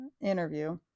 interview